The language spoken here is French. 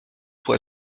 pour